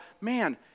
man